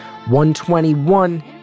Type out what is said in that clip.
121